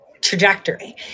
trajectory